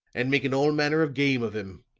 and making all manner of game of him.